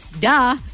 Duh